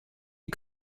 die